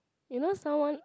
you know someone